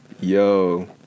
Yo